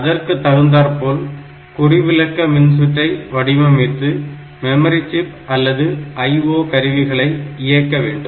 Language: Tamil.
அதற்கு தகுந்தார்போல் குறிவிலக்க மின்சுற்றை வடிவமைதமிழாத்து மெமரி சிப் அல்லது IO கருவிகளை இயக்க வேண்டும்